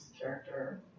character